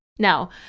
Now